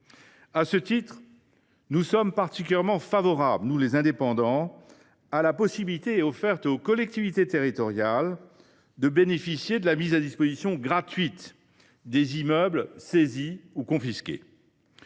et Territoires est particulièrement favorable à la possibilité offerte aux collectivités territoriales de bénéficier de la mise à disposition gratuite des immeubles saisis ou confisqués.